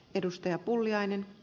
arvoisa puhemies